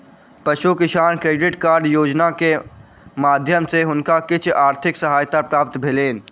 पशु किसान credit card योजना के माध्यम सॅ हुनका किछ आर्थिक सहायता प्राप्त भेलैन